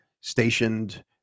stationed